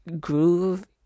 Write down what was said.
groove